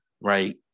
right